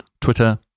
Twitter